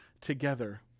together